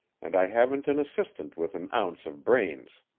and i haven't an assistant with an ounce of brains.